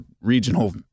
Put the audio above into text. regional